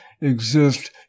exist